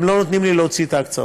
הם לא נותנים לי להוציא את ההקצאות.